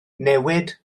newid